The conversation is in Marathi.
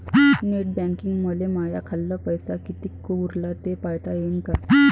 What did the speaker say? नेट बँकिंगनं मले माह्या खाल्ल पैसा कितीक उरला थे पायता यीन काय?